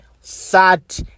sat